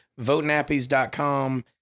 votenappies.com